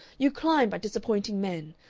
you climb by disappointing men.